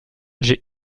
j’ai